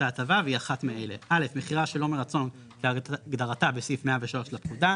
ההטבה והיא אחת מאלה: מכירה שלא מרצון כהגדרתה בסעיף 103 לפקודה,